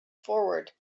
forward